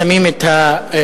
שמים את האוזניות,